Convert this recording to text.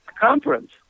conference